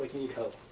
need help.